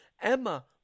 Emma